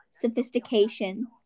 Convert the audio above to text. sophistication